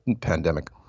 pandemic